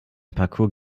parkour